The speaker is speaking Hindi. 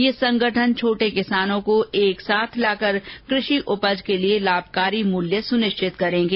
ये संगठन छोटे किसानों को एक साथ लाकर क्रषि उपज के लिए लाभकारी मूल्य सुनिश्चित करेंगे